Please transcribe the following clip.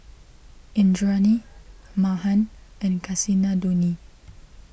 Indranee Mahan and Kasinadhuni